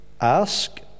ask